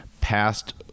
passed